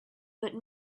but